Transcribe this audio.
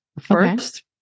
First